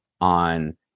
on